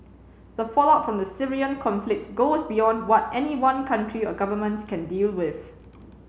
the fallout from the Syrian conflict goes beyond what any one country or governments can deal with